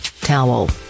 Towel